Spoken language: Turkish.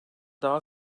daha